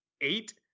eight